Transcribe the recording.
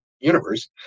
universe